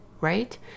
right